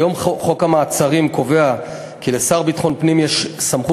כיום חוק המעצרים קובע כי לשר לביטחון פנים יש סמכות